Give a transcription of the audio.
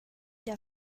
der